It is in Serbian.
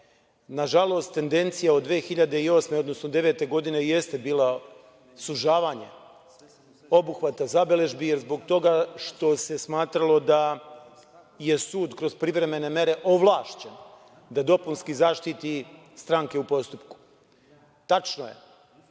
sužavati. Nažalost, tendencija od 2008. godine, odnosno 2009. godine, jeste bila sužavanje obuhvata zabeležbi, zbog toga što se smatralo da je sud kroz privremene mere ovlašćen da dopunski zaštiti stranke u postupku. Tačno je,